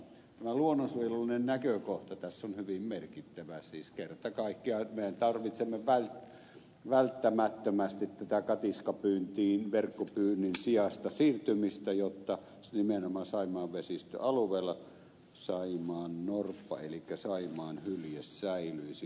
tämä luonnonsuojelullinen näkökohta tässä on hyvin merkittävä siis kerta kaikkiaan että mehän tarvitsemme välttämättömästi tätä katiskapyyntiin verkkopyynnin sijasta siirtymistä jotta nimenomaan saimaan vesistöalueella saimaannorppa elikkä saimaanhylje säilyisi hengissä